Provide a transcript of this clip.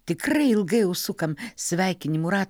tikrai ilgai jau sukam sveikinimų ratą